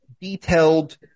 detailed